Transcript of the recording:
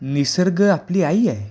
निसर्ग आपली आई आहे